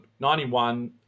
91